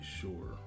sure